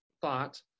thought